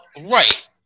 Right